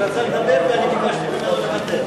הוא רצה לדבר כי אני ביקשתי ממנו לוותר.